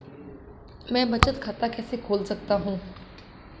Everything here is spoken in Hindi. मैं बचत खाता कैसे खोल सकता हूँ?